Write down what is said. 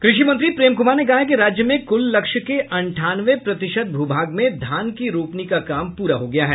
कृषि मंत्री प्रेम कुमार ने कहा है कि राज्य में कुल लक्ष्य के अंठानवे प्रतिशत भू भाग में धान की रोपनी का काम पूरा हो गया है